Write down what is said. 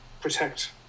protect